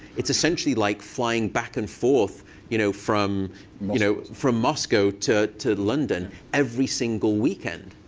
it's essentially like flying back and forth you know from you know from moscow to to london every single weekend.